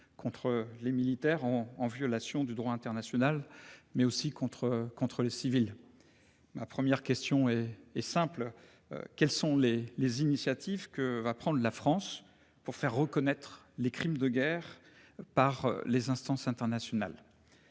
contre les militaires en en violation du droit international, mais aussi contre contre les civils. Ma première question est, est simple. Quelles sont les, les initiatives que va prendre la France pour faire reconnaître les crimes de guerre par les instances internationales.